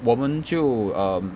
我们就 um